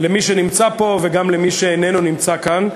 למי שנמצא וגם למי שאיננו נמצא כאן.